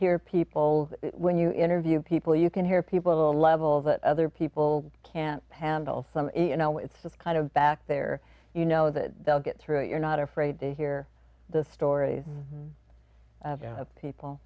hear people when you interview people you can hear people the level that other people can't handle some you know it's this kind of back there you know that they'll get through it you're not afraid to hear the stories